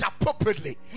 appropriately